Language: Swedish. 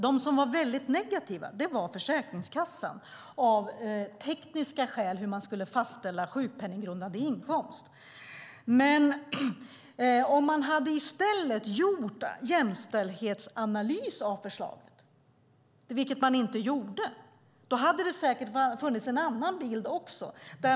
Den som var negativ var Försäkringskassan, av tekniska skäl gällande hur man skulle fastställa sjukpenninggrundande inkomst. Om man i stället hade gjort en jämställdhetsanalys av förslaget, vilket man inte gjorde, hade det säkert funnits en annan bild.